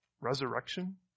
Resurrection